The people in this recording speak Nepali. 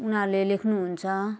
उनीहरूले लेख्नुहुन्छ